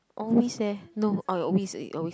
always eh no I always uh always